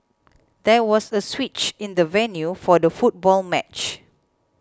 there was a switch in the venue for the football match